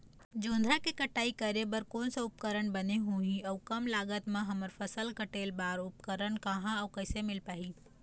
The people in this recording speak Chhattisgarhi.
जोंधरा के कटाई करें बर कोन सा उपकरण बने होही अऊ कम लागत मा हमर फसल कटेल बार उपकरण कहा अउ कैसे मील पाही?